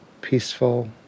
Peaceful